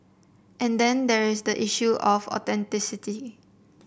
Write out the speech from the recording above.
and then there is the issue of authenticity